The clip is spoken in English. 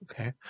Okay